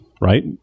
right